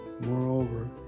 Moreover